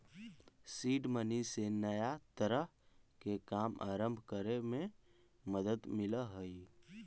seed money से नया तरह के काम आरंभ करे में मदद मिलऽ हई